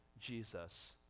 Jesus